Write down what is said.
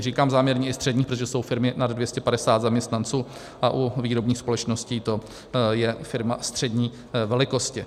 Říkám záměrně i středních, protože jsou firmy nad 250 zaměstnanců a u výrobních společností to je firma střední velikosti.